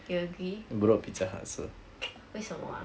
you agree 为什么啊